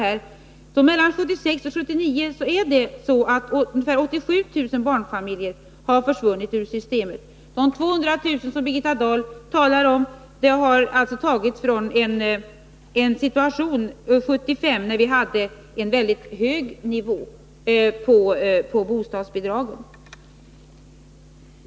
Mellan 1976 och 1979 har 87 000 barnfamiljer försvunnit ur systemet. De 200 000 som Birgitta Dahl talar om har alltså tagits i en situation under 1975 då vi hade en väldigt hög nivå av utbetalda bostadsbidrag.